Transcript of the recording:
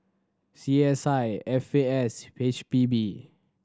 C S I F A S H P B